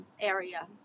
area